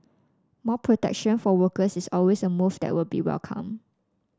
more protection for workers is always a move that will be welcomed